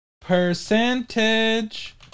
Percentage